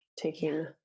taking